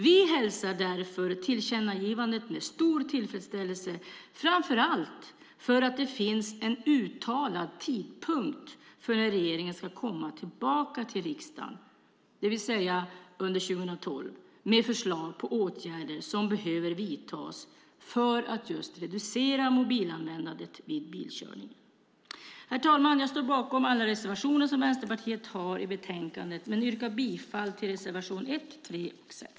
Vi hälsar därför tillkännagivandet med stor tillfredsställelse, framför allt för att det finns en uttalad tidpunkt för när regeringen ska komma tillbaka till riksdagen, det vill säga under 2012, med förslag på åtgärder som behöver vidtas för att reducera mobilanvändandet vid bilkörning. Herr talman! Jag står bakom alla reservationer som Vänsterpartiet har i betänkandet men yrkar bifall bara till reservationerna 1, 3 och 6.